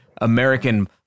American